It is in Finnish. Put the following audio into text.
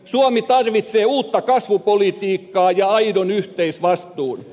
suomi tarvitsee uutta kasvupolitiikkaa ja aidon yhteisvastuun